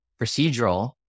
procedural